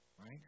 Right